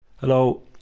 Hello